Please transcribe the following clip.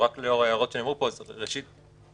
לאור ההערות שנאמרו פה, ראשית,